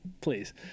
Please